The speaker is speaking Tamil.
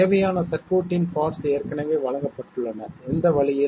தேவையான சர்க்யூட்டின் பார்ட்ஸ் ஏற்கனவே வழங்கப்பட்டுள்ளன எந்த வழியில்